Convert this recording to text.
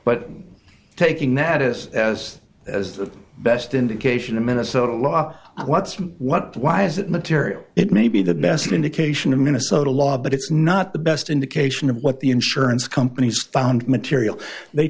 but taking that as as as the best indication in minnesota law what's what but why is that material it may be the best indication of minnesota law but it's not the best indication of what the insurance companies found material they